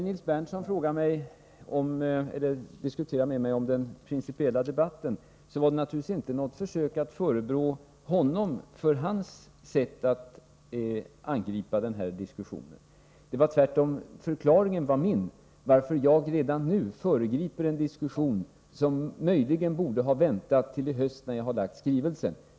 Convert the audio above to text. Nils Berndtson diskuterar med mig principerna för debatten — och det jag sade var naturligtvis inte något försök att förebrå honom för hans sätt att föra diskussionen. Jag vill bara förklara varför jag redan nu föregriper en diskussion som möjligen borde ha väntat till i höst när jag har lagt fram mitt förslag till skrivelse.